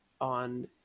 on